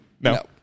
No